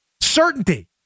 Certainty